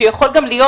שיכולה גם להיות